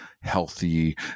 healthy